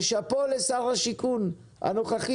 שאפו לשר השיכון הנוכחי.